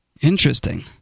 Interesting